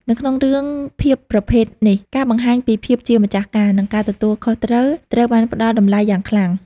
នៅក្នុងរឿងភាពប្រភេទទាំងនេះ ការបង្ហាញ ពីភាពជាម្ចាស់ការ និងការទទួលខុសត្រូវត្រូវបានផ្ដល់តម្លៃយ៉ាងខ្លាំង។។